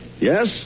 Yes